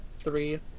three